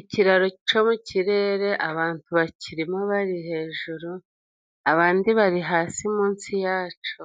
Ikiraro cyo mu kirere abantu bakirimo bari hejuru, abandi bari hasi munsi yacyo,